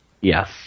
Yes